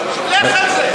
לך על זה.